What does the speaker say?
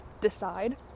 decide